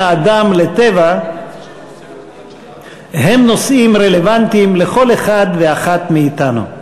האדם לטבע הם נושאים רלוונטיים לכל אחד ואחת מאתנו.